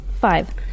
five